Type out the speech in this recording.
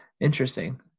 interesting